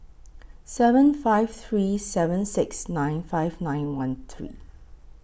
seven five three seven six nine five nine one three